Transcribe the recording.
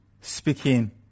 speaking